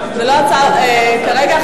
כרגע,